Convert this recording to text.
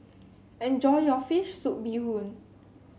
enjoy your fish soup Bee Hoon